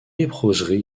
léproserie